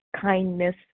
kindness